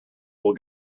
will